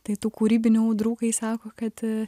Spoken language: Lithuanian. tai tų kūrybinių o draugai sako kad